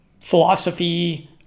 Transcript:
philosophy